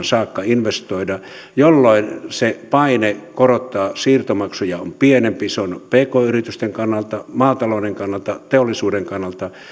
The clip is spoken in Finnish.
saakka investoida jolloin se paine korottaa siirtomaksuja on pienempi se on pk yritysten kannalta maatalouden kannalta teollisuuden kannalta